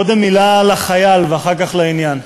קודם מילה על החייל ואחר כך לעניין.